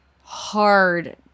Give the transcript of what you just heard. hard